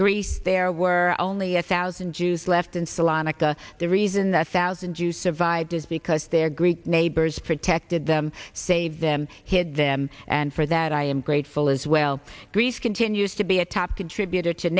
greece there were only a thousand jews left in salonica the reason the thousand jews survived is because their greek neighbors protected them saved them hid them and for that i am grateful as well greece continues to be a top contributor to